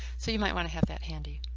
so you might want to have that handy.